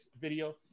video